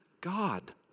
God